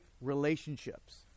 relationships